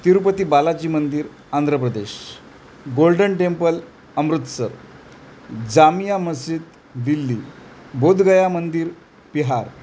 तिरुपती बालाजी मंदिर Andhra Pradesh golden temple Amritsar Jamia Masjid Delhi Bodhgaya मंदिर बिहार